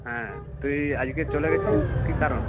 হ্যাঁ তুই আজকে চলে গেছিস কী কারণ